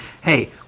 hey